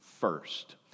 first